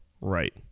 right